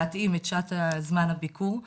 להתאים את זמן הביקור.